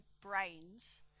brains